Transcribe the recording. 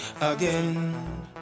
again